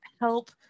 help